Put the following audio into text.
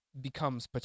becomes